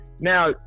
Now